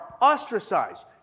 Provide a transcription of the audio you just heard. ostracized